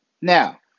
Now